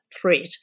threat